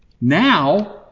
Now